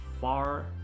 far